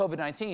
COVID-19